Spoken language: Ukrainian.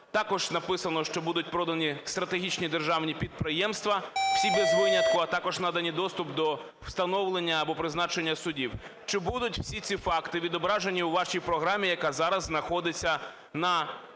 Також написано, що будуть продані стратегічні державні підприємства всі без винятку, а також наданий доступ до встановлення або призначення суддів. Чи будуть усі ці факти відображені у вашій програмі, яка зараз знаходиться на